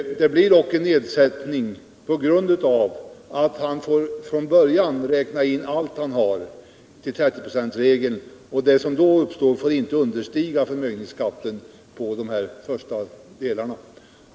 Det blir dock en nedsättning på grund av att han från början får räkna in allt han har enligt 30-procentsregeln. Summan får sedan inte underskrida förmögenhetsskatten på de första delarna.